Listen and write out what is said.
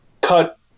cut